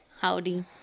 Howdy